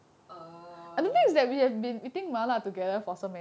err